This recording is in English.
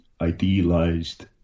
idealized